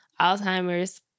Alzheimer's